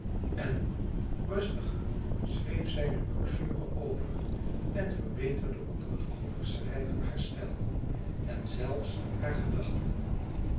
en rustiger schreef zij de brochure over en verbeterde onder het overschrijven haar stijl en zelfs haar gedachten